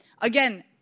again